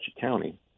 County